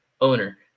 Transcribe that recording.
owner